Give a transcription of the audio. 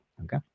okay